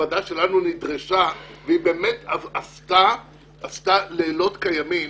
הוועדה שלנו נדרשה והיא עשתה לילות כימים